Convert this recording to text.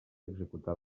executar